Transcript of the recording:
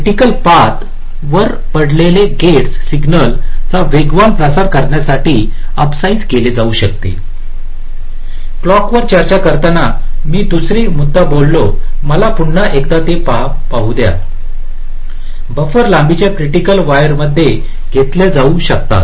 critical path वर पडलेले gates सिग्नलचा वेगवान प्रसार करण्यासाठी अपसाइझ केले जाऊ शकतात क्लॉकवर चर्चा करताना मी दुसरे मुद्दा बोललो मला पुन्हा एकदा ते पाहू द्या बफर लांबच्या क्रिटीकल वायरमध्ये घातल्या जाऊ शकतात